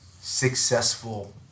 successful